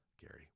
Gary